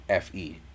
FE